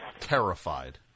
terrified